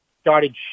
started